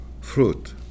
fruit